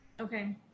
Okay